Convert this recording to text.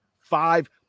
five